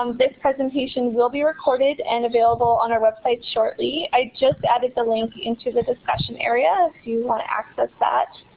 um this presentation will be recorded and available on our website shortly. i just added the link into the discussion area, if you want to access that.